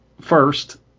First